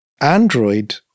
Android